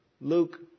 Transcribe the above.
Luke